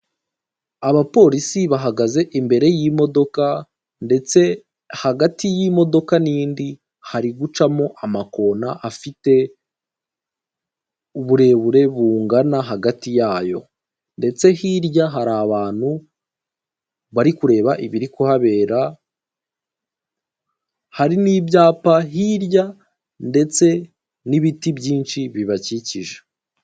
Abapolisi bahagaze imbere y'imodoka, ndetse hagati y'imodoka n'indi hari gucamo amakona afite uburebure bungana hagati yayo, ndetse hirya hari abantu bari kureba ibiri kuhabera hari n'ibyapa hirya ndetse n'ibiti byinshi bibakikije.